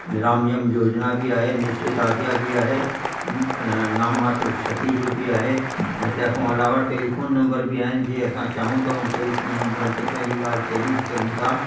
निरामयम योजना बि आहे निश्चित आज्ञा बि आहे नाम मात्र शति जो बि आहे तंहिंखां अलावा टैलीफ़ोन नंबर बि आहिनि जीअं असां चाहूं त उन ते बि फ़ोन नंबरनि ते पंहिंजी ॻाल्हि चई बि था सघूं था